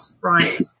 right